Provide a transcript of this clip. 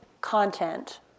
content